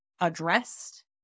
addressed